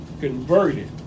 converted